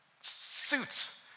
suits